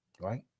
Right